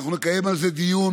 אנחנו נקיים על זה דיון,